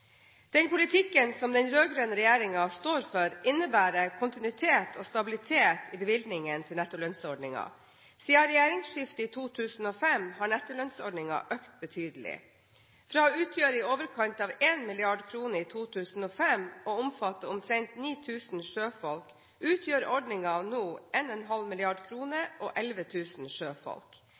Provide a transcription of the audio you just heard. den maritime næringen. Den politikken som den rød-grønne regjeringen står for, innebærer kontinuitet og stabilitet i bevilgningene til nettolønnsordningen. Siden regjeringsskiftet i 2005, har nettolønnsordningen økt betydelig. Fra å utgjøre i overkant av 1 mrd. kr i 2005 og omfatte omtrent 9 000 sjøfolk utgjør ordningen nå 1,5 mrd. kr og